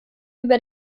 über